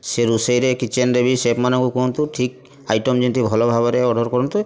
ସିଏ ରୋଷେଇରେ କିଚେନ୍ରେ ବି ସେପ୍ମାନଙ୍କୁ କୁହନ୍ତୁ ଠିକ୍ ଆଇଟମ୍ ଯେମିତି ଭଲ ଭାବରେ ଅର୍ଡ଼ର୍ କରନ୍ତେ